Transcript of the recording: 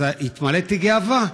אז התמלאתי גאווה.